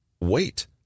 wait